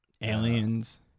Aliens